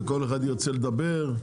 וכל אחד ירצה לדבר.